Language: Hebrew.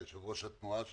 יושב-ראש התנועה שלנו,